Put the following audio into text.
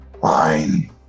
Fine